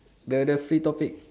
the the free topic